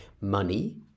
Money